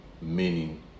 meaning